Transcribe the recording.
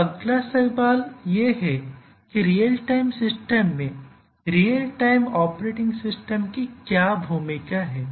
अब अगला सवाल यह है कि रियल टाइम सिस्टम में रियल टाइम ऑपरेटिंग सिस्टम की क्या भूमिका है